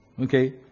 Okay